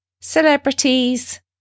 celebrities